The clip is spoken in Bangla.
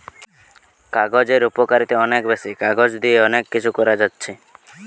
কাগজের উপকারিতা অনেক বেশি, কাগজ দিয়ে অনেক কিছু করা যাচ্ছে